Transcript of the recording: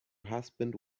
husband